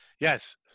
Yes